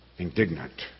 indignant